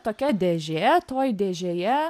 tokia dėžė toj dėžėje